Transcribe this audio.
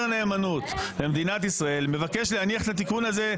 נאמנות למדינת ישראל מבקש להניח את התיקון הזה,